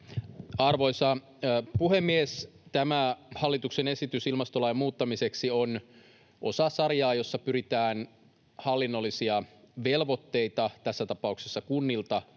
Arvoisa puhemies! Tämä hallituksen esitys ilmastolain muuttamiseksi on osa sarjaa, jossa pyritään hallinnollisia velvoitteita tässä tapauksessa kunnilta